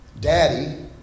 Daddy